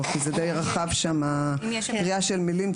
כי זה די רחב שם: קריאה של מילים,